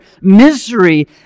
misery